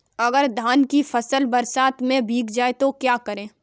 अगर धान की फसल बरसात में भीग जाए तो क्या करें?